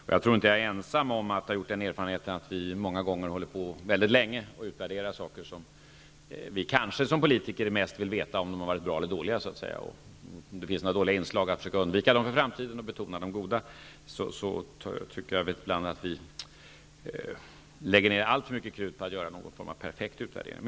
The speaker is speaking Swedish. Jag tror inte att jag är ensam om att ha gjort erfarenheten att vi många gånger håller på mycket länge och utvärderar saker där vi som politiker kanske mest vill veta om de har varit bra eller dåliga. Vi vill försöka undvika eventuella dåliga inslag i framtiden och betona de goda. Jag tycker nog att vi ibland lägger ner alltför mycket krut på att göra en perfekt utvärdering.